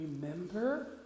remember